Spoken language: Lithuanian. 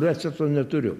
recepto neturiu